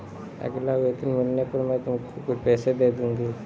अगला वेतन मिलने पर मैं तुमको कुछ पैसे दे दूँगी